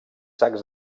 sacs